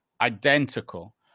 identical